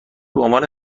بعنوان